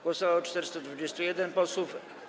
Głosowało 421 posłów.